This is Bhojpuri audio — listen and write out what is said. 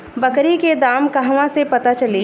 बकरी के दाम कहवा से पता चली?